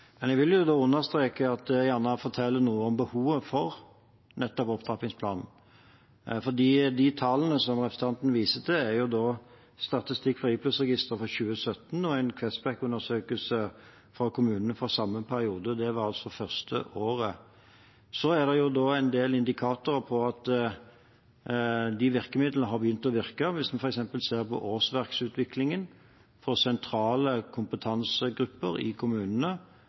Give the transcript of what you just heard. Men jeg vil gjerne understreke og fortelle noe om behovet for nettopp opptrappingsplanen. De tallene som representanten viser til, er statistikk fra IPLOS-registeret for 2017 og en Questback-undersøkelse for kommunene fra samme periode – det var altså det første året. Så er det en del indikatorer på at disse virkemidlene har begynt å virke – hvis vi f.eks. ser på årsverksutviklingen for sentrale kompetansegrupper i kommunene,